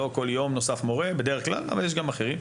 לא כל יום נוסף מורה אבל יש גם אחרים.